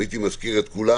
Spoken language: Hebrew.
הייתי מזכיר את כולם